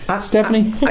Stephanie